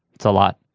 it's a lot.